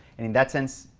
in that sense,